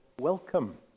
welcome